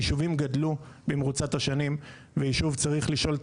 היישובים גדלו במרוצת השנים ויישוב צריך לשאול את